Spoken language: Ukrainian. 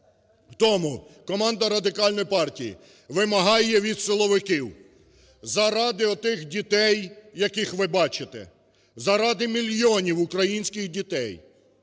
Тому команда Радикальної партії вимагає від силовиків заради отих дітей, яких ви бачите, заради мільйонів українських дітей